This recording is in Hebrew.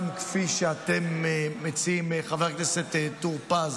וגם כפי שאתם מציעים, חבר הכנסת טור פז,